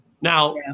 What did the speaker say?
Now